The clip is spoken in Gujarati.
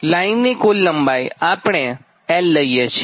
લાઇનની કુલ લંબાઇ આપણે 𝑙 લઈએ છીએ